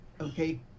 Okay